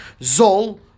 Zol